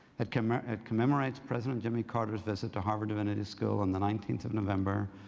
it commemorates commemorates president jimmy carter's visit to harvard divinity school on the nineteenth of november,